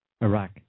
Iraq